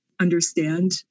understand